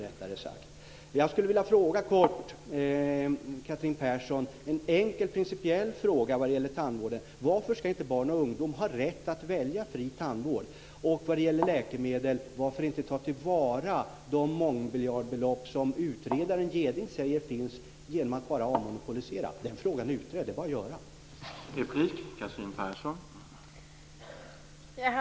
Jag skulle kort vilja ställa Catherine Persson en enkel, principiell fråga vad gäller tandvården. Varför ska inte barn och ungdom ha rätt att välja fri tandvård? Och vad gäller läkemedel: Varför inte ta tillvara de mångmiljardbelopp som utredaren Jeding säger finns genom att bara avmonopolisera? Den frågan är utredd. Det är bara att göra det.